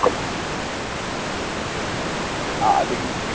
ആ അതിന്